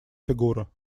фигура